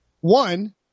One